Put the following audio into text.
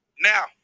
now